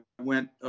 went